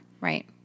Right